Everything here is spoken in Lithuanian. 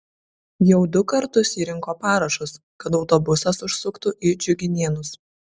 jau du kartus ji rinko parašus kad autobusas užsuktų į džiuginėnus